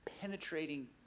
penetrating